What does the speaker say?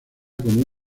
como